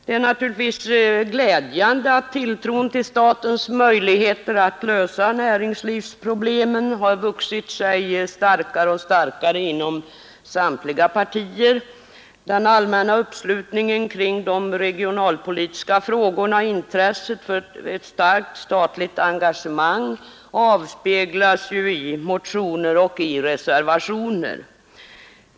Det är naturligtvis glädjande att tilltron till statens möjligheter att lösa näringslivsproblemen har vuxit sig allt starkare inom samtliga partier. Den allmänna uppslutningen kring de regionalpolitiska frågorna och intresset för ett starkt statligt engagemang avspeglas i motioner och reservationer.